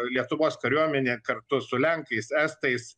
lietuvos kariuomenė kartu su lenkais estais